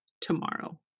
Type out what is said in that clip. tomorrow